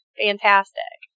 fantastic